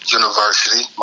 university